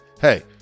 hey